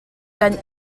kan